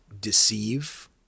deceive